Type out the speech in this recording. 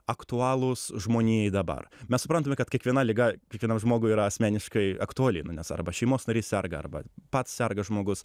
aktualūs žmonijai dabar mes suprantame kad kiekviena liga kiekvienam žmogui yra asmeniškai aktuali nu nes arba šeimos narys serga arba pats serga žmogus